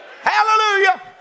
Hallelujah